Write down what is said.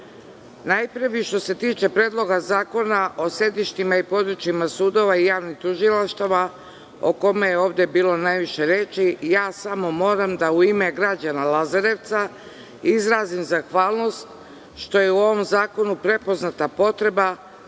rad. Najpre bi, što se tiče Predloga zakona o sedištima i područjima sudova i javnih tužilaštava o kome je ovde bilo najviše reči, ja samo moram u ime građana Lazarevca izrazim zahvalnost što je u ovom zakonu prepoznata potreba